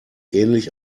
ähnlich